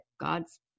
God's